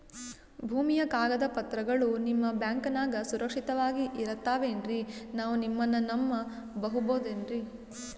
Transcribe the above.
ಭೂಮಿಯ ಕಾಗದ ಪತ್ರಗಳು ನಿಮ್ಮ ಬ್ಯಾಂಕನಾಗ ಸುರಕ್ಷಿತವಾಗಿ ಇರತಾವೇನ್ರಿ ನಾವು ನಿಮ್ಮನ್ನ ನಮ್ ಬಬಹುದೇನ್ರಿ?